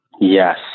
Yes